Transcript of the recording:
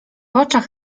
oczach